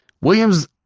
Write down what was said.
Williams